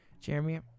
Jeremy